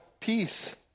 Peace